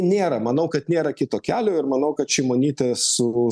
nėra manau kad nėra kito kelio ir manau kad šimonytė su